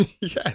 Yes